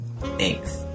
Thanks